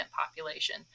population